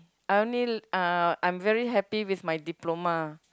I only uh I'm very happy with my diploma